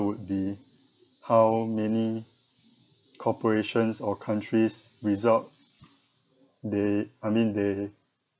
would be how many corporations or countries result they I mean they